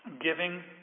giving